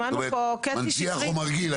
מנציח או מרגיל.